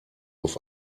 auf